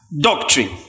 doctrine